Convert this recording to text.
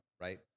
right